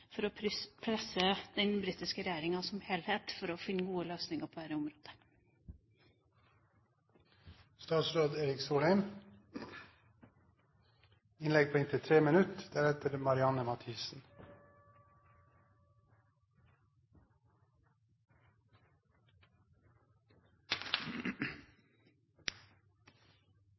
for å presse den britiske regjeringa som helhet for å finne gode løsninger på